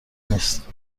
نیست